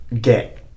get